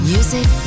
Music